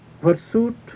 pursuit